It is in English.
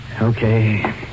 Okay